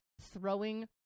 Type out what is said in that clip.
throwing